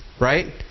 right